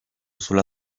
sulla